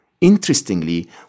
Interestingly